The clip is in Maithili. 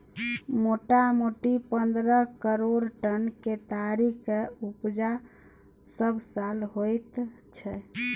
मोटामोटी पन्द्रह करोड़ टन केतारीक उपजा सबसाल होइत छै